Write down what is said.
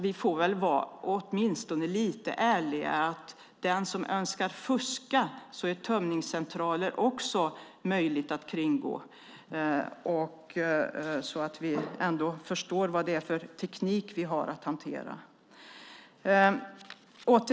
Vi får väl vara lite ärliga och säga att för den som tänker fuska är även tömningscentraler något det är möjligt att kringgå. Det är så med den teknik vi har att hantera.